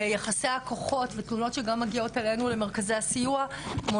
ומתלונות שמגיעות אלינו למרכזי הסיוע אנחנו